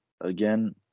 again